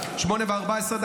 08:14,